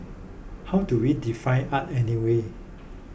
how do we define art anyway